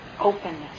Openness